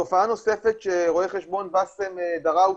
תופעה נוספת שרואה חשבון באסם דראושה,